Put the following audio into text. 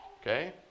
Okay